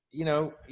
you know.